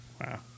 Wow